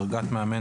דרגת מאמן,